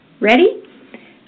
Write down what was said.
Ready